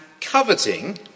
coveting